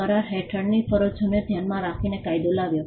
કરાર હેઠળની ફરજોને ધ્યાનમાં રાખીને કાયદો લાવ્યો